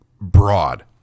broad